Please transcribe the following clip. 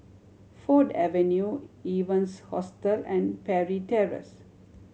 Ford Avenue Evans Hostel and Parry Terrace